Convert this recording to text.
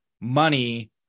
money